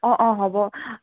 অ অ হ'ব